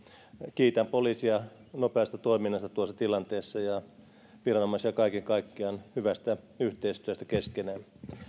kiitän poliisia nopeasta toiminnasta tuossa tilanteessa ja viranomaisia kaiken kaikkiaan hyvästä yhteistyöstä keskenään